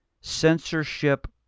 Censorship